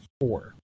four